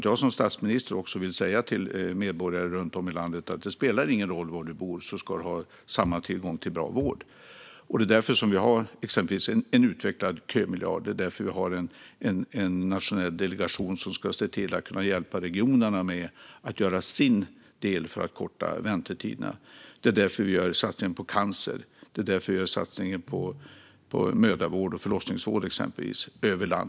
Jag som statsminister vill säga detta till medborgare runt om i landet: Oavsett var du bor ska du ha tillgång till bra vård. Det är därför som vi exempelvis har en utvecklad kömiljard. Det är därför vi har en nationell delegation som ska se till att hjälpa regionerna att göra sin del för att korta väntetiderna. Det är därför vi gör satsningar på exempelvis cancervård, mödravård och förlossningsvård.